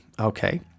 Okay